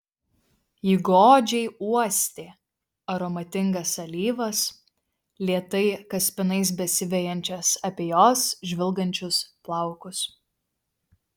ji godžiai uostė aromatingas alyvas lėtai kaspinais besivejančias apie jos žvilgančius plaukus